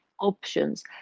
options